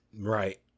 Right